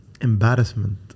embarrassment